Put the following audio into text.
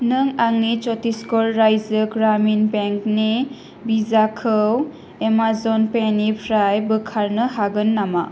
नों आंनि चत्तिसगर राज्यो ग्रामिन बेंकनि भिजाखौ एमाजन पेनिफ्राय बोखारनो हागोन नामा